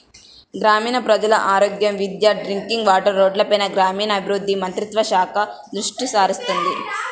గ్రామీణ ప్రజల ఆరోగ్యం, విద్య, డ్రింకింగ్ వాటర్, రోడ్లపైన గ్రామీణాభివృద్ధి మంత్రిత్వ శాఖ దృష్టిసారిస్తుంది